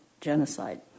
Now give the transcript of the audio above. genocide